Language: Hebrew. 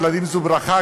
ילדים זו ברכה",